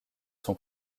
son